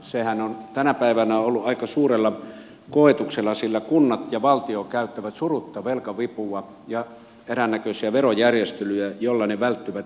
sehän on tänä päivänä ollut aika suurella koetuksella sillä kunnat ja valtio käyttävät surutta velkavipua ja eräännäköisiä verojärjestelyjä joilla ne välttyvät veronmaksusta